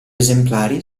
esemplari